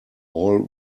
all